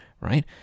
right